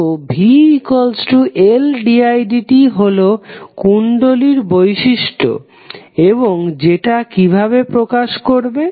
তো vLdidt হলো কুণ্ডলীর বৈশিষ্ট্য এবং সেটা কিভাবে প্রকাশ করবে